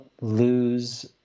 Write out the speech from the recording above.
lose